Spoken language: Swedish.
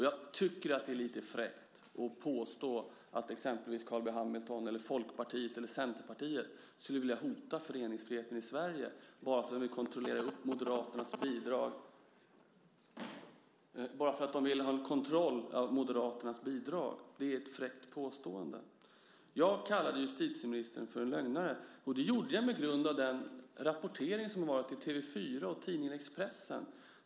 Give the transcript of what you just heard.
Jag tycker att det är lite fräckt att påstå att exempelvis Carl B Hamilton, Folkpartiet eller Centerpartiet skulle vilja hota föreningsfriheten i Sverige bara för de vill ha en kontroll av Moderaternas bidrag. Det är ett fräckt påstående. Jag kallade justitieministern för lögnare, och det gjorde jag på grund av den rapportering som varit i TV 4 och tidningen Expressen.